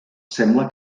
sembla